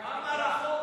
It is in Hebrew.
המורשת,